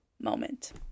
moment